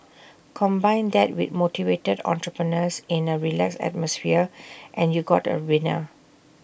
combine that with motivated entrepreneurs in A relaxed atmosphere and you got A winner